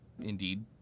indeed